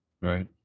right